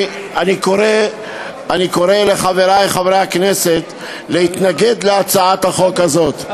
אני קורא לחברי חברי הכנסת להתנגד להצעת החוק הזאת.